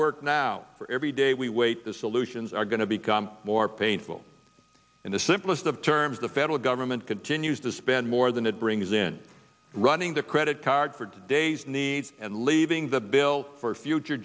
work now for every day we wait the solutions are going to become more painful in the simplest of terms the federal government continues to spend more than it brings in running the credit card for today's needs and leaving the bill for future